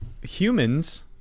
Humans